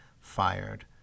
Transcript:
fired